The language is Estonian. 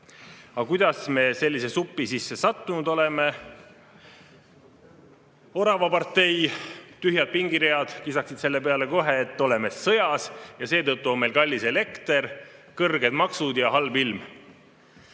Aga kuidas me sellise supi sisse sattunud oleme? Oravapartei tühjad pingiread kisaksid selle peale kohe, et oleme sõjas ja seetõttu on meil kallis elekter, kõrged maksud ja halb ilm.